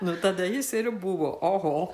nu tada jis ir buvo oho